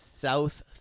South